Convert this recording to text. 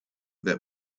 that